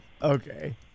Okay